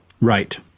Right